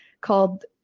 called